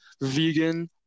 vegan